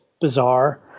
bizarre